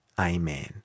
Amen